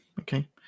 Okay